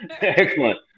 Excellent